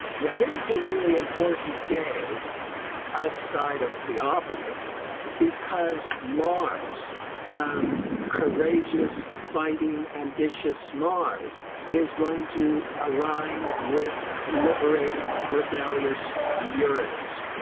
now, this is a really important day outside of the obvious because mars um courageous fighting ambitious mars is going to align with liberating rebellious uranus.